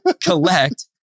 collect